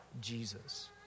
Jesus